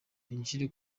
binjire